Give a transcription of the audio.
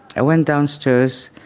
i went downstairs,